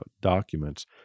documents